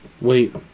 Wait